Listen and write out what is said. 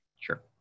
Sure